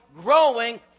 growing